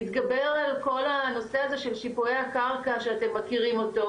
להתגבר על כל הנושא הזה של שיפועי הקרקע שאתם מכירים אותו,